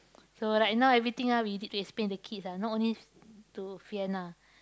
so right now everything ah we need to explain the kids ah not only to Fian ah